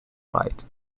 fight